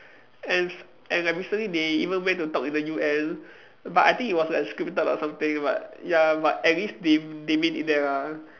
and s~ and like recently they even went to talk in the U_N but I think it was like scripted or something but ya but at least they they made it there lah